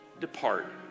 depart